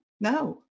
No